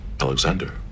Alexander